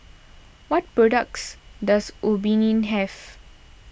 what products does Obimin have